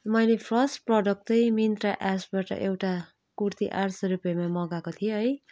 मैले first product चाहिँ मिन्त्रा एप्सबाट एउटा कुर्ती आठ सय रुपियाँमा मगाएको थिएँ है